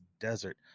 desert